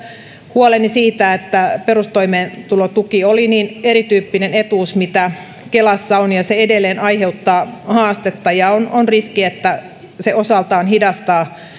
huoleni siitä että perustoimeentulotuki on niin erityyppinen etuus kuin mitä kelassa on ollut ja se edelleen aiheuttaa haastetta ja on on riskinä että se osaltaan hidastaa